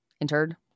interred